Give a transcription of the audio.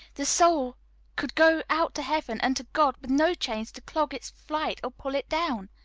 the soul could go out to heaven and to god with no chains to clog its flight or pull it down.